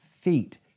feet